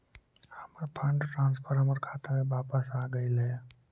हमर fund transfer हमर खाता में वापस आगईल हे